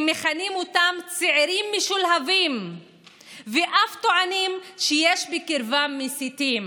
הם מכנים אותם צעירים משולהבים ואף טוענים שיש בקרבם מסיתים,